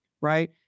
Right